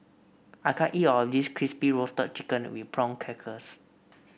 I can't eat all of this Crispy Roasted Chicken with Prawn Crackers